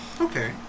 Okay